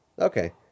Okay